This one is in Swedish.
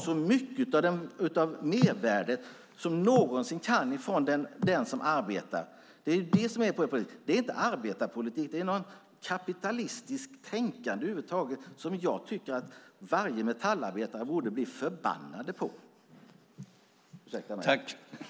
Ni vill ta så mycket ni någonsin kan av mervärdet från dem som arbetar. Det är det som är er politik. Det är inte arbetarpolitik. Det är något kapitalistiskt tänkande som jag tycker att varje metallarbetare borde bli förbannad på. Ursäkta svordomen, herr talman.